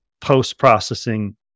post-processing